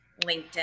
LinkedIn